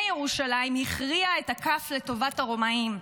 ירושלים הכריעה את הכף לטובת הרומאים.